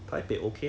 !aiya!